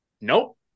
Nope